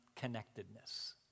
Connectedness